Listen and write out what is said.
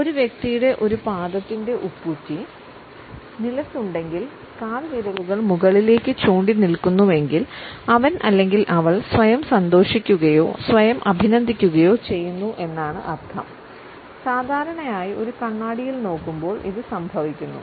ഒരു വ്യക്തിയുടെ ഒരു പാതത്തിൻറെ ഉപ്പുറ്റി നിലത്തുണ്ടെങ്കിൽ കാൽവിരലുകൾ മുകളിലേക്കു ചൂണ്ടി നിൽക്കുന്നുവെങ്കിൽ അവൻ അല്ലെങ്കിൽ അവൾ സ്വയം സന്തോഷിക്കുകയോ സ്വയം അഭിനന്ദിക്കുകയോ ചെയ്യുന്നു എന്നാണ് അർത്ഥം സാധാരണയായി ഒരു കണ്ണാടിയിൽ നോക്കുമ്പോൾ ഇത് സംഭവിക്കുന്നു